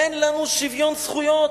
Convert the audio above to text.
אין לנו שוויון זכויות.